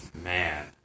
Man